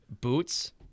Boots